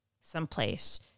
someplace